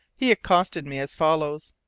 he accosted me as follows